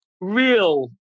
real